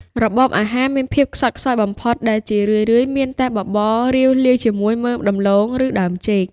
របបអាហារមានភាពខ្សត់ខ្សោយបំផុត ដែលជារឿយៗមានតែបបររាវលាយជាមួយមើមដំឡូង ឬដើមចេក។